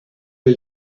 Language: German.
der